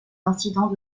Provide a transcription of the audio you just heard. incidents